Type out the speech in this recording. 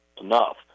enough